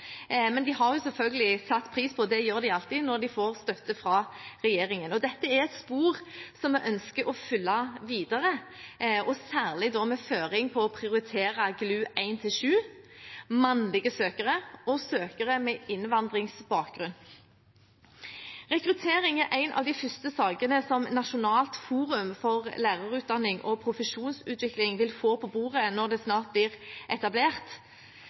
men de har jo selvfølgelig satt pris på det – det gjør de alltid – når de får støtte fra regjeringen. Dette er et spor som vi ønsker å følge videre, særlig med føring på å prioritere GLU 1–7, mannlige søkere og søkere med innvandrerbakgrunn. Rekruttering er en av de første sakene som Nasjonalt forum for lærerutdanning og profesjonsutvikling vil få på bordet når det snart blir etablert.